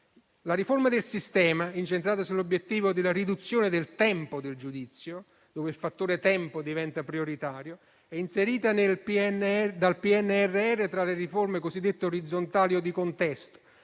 La riforma del sistema, incentrata sull'obiettivo di ridurre il tempo del giudizio, dove il fattore tempo diventa prioritario, è inserita dal PNRR tra le riforme cosiddette orizzontali o di contesto,